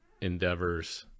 endeavors